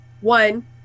one